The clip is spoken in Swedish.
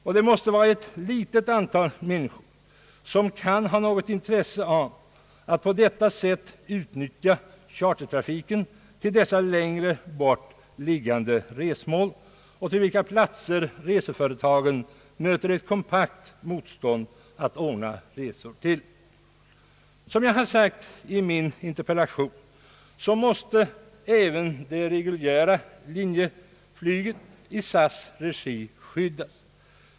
Endast ett relativt litet antal människor kan ha något intresse av att på detta sätt utnyttja chartertrafiken till längre bort liggande resmål som reseföretagen nu på grund av ett kompakt motstånd inte kan anordna resor till. Som jag sagt i min interpellation, måste även det reguljära linjeflyget i SAS:s regi skyddas.